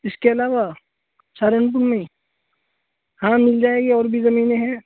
اس کے علاوہ سہارنپور میں ہی ہاں مل جائے گی اور بھی زمینیں ہیں